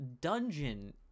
dungeon